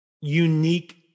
unique